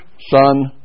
son